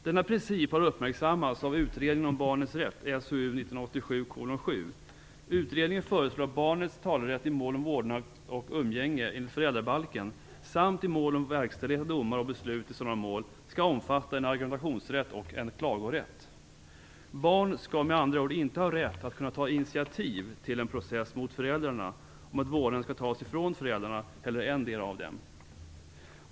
Denna princip har uppmärksammats av utredningen om barnets rätt, SOU 1987:7. Utredningen föreslår att barnets talerätt i mål om vårdnad och umgänge enligt föräldrabalken samt i mål om verkställighet av domar och beslut i sådana mål skall omfatta en argumentationsrätt och en klagorätt. Barn skall med andra ord inte ha rätt att kunna ta initiativ till en process mot föräldrarna om att vårdnaden skall tas ifrån föräldrarna eller endera av dem.